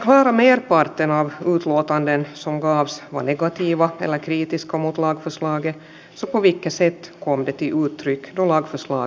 kaikki asutus venäjän puolella on todella kaukana rajasta ja nyt rajalle sitten yhtäkkiä ilmestyy polkupyörillä turvapaikanhakijoita